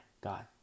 God